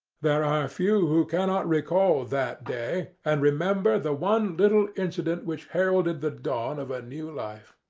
there are few who cannot recall that day and remember the one little incident which heralded the dawn of a new life.